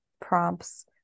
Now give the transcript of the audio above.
prompts